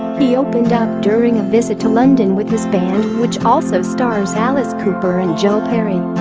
he opened up during a visit to london with his band, which also stars alice cooper and joe perry